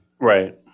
Right